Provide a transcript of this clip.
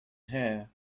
hair